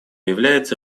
является